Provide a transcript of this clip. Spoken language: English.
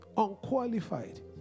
unqualified